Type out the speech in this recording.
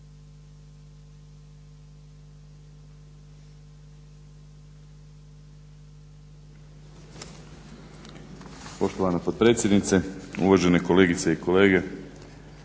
Poštovana potpredsjednice, uvažene kolegice i kolege.